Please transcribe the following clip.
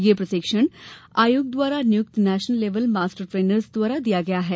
यह प्रशिक्षण आयोग द्वारा नियुक्त नेशनल लेवल मास्टर ट्रेनर्स द्वारा दिया गया है